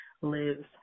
Lives